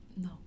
No